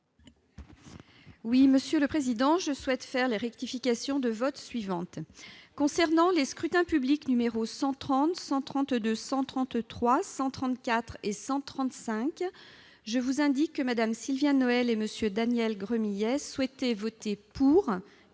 Monsieur le président, je souhaite faire les rectifications de votes suivantes : concernant les scrutins publics n 130, 132, 133, 134 et 135, Mme Sylviane Noël et M. Daniel Gremillet souhaitaient voter pour